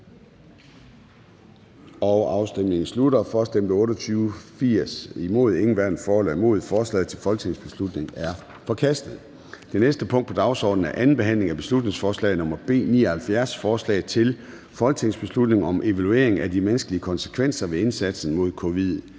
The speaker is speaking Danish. og ALT), hverken for eller imod stemte 0. Forslaget til folketingsbeslutning er forkastet. --- Det næste punkt på dagsordenen er: 38) 2. (sidste) behandling af beslutningsforslag nr. B 79: Forslag til folketingsbeslutning om evaluering af de menneskelige konsekvenser ved indsatsen mod covid-19.